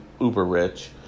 uber-rich